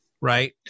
Right